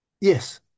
Yes